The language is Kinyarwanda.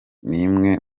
nimwe